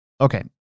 Okay